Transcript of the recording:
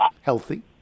healthy